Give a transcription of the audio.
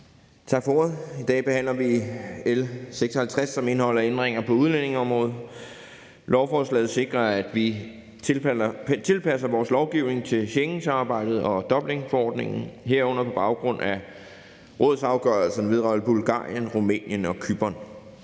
Tak for ordet. I dag behandler vi L 56, som indeholder ændringer på udlændingeområdet. Lovforslaget sikrer, at vi tilpasser vores lovgivning til Schengensamarbejdet og Dublinforordningen, herunder på baggrund af Rådets afgørelse vedrørende Bulgarien, Rumænien og Cypern.